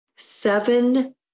Seven